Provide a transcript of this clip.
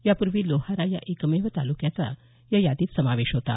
यापूर्वी लोहारा या एकमेव तालुक्याचा या यादीत समावेश होता